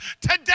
today